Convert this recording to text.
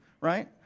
right